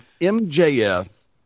MJF